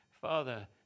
Father